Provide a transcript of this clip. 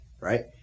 right